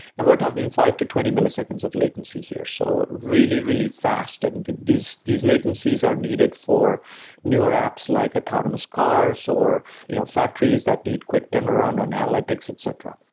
and we're talking five to twenty milliseconds of latency here. so really, really fast, and these these latencies are needed for newer apps like autonomous cars, or you know factories that need quick turnaround on analytics, etc.